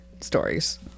stories